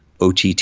OTT